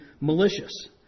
malicious